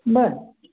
बरं